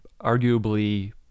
arguably